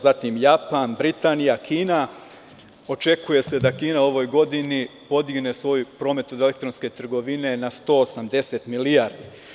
Zatim, Japan, Britanija, Kina, očekuje se da Kina u ovoj godini podigne svoj promet od elektronske trgovine na 180 milijardi.